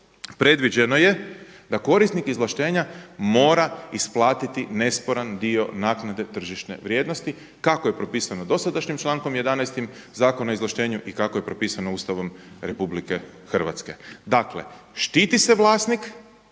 predviđeno je da korisnik izvlaštenja mora isplatiti nesporan dio naknade tržišne vrijednosti kako je popisano dosadašnjim člankom 11. Zakona o izvlaštenju i kako je propisano Ustavom RH. Dakle, štiti se vlasnik,